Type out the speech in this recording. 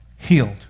healed